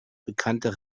bekannter